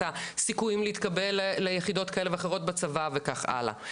הסיכויים להתקבל ליחידות כאלה ואחרות בצבא וכך הלאה,